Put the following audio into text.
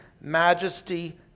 majesty